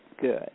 good